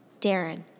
Darren